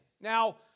Now